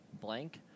blank